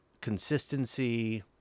consistency